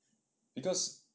because